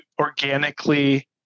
organically